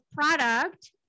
product